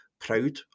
proud